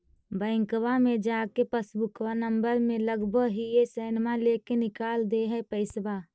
बैंकवा मे जा के पासबुकवा नम्बर मे लगवहिऐ सैनवा लेके निकाल दे है पैसवा?